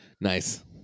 Nice